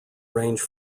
range